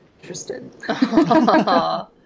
interested